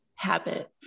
Habit